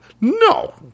no